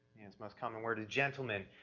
his most common word is gentlemen.